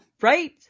Right